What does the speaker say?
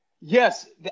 Yes